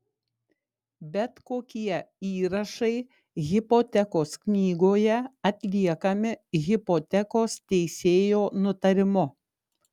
bet kokie įrašai hipotekos knygoje atliekami hipotekos teisėjo nutarimu